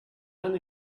only